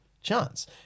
chance